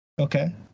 Okay